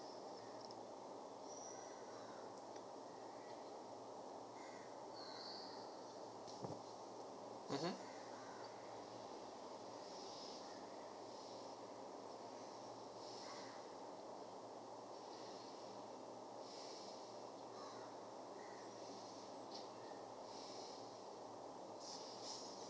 mmhmm